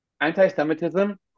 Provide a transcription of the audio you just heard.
anti-Semitism